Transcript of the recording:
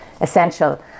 essential